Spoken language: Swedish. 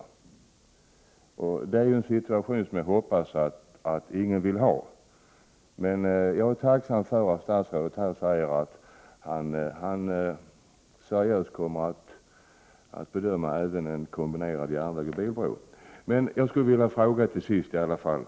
Det är en situation som jag hoppas ingen vill ha. Jag är därför tacksam för att statsrådet säger att han seriöst kommer att bedöma även en kombinerad järnvägsoch bilbro. Till sist skulle jag i alla fall vilja ställa en fråga.